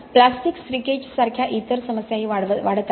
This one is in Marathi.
प्लॅस्टिक श्रीकेज सारख्या इतर समस्याही वाढत आहेत